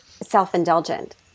self-indulgent